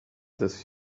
this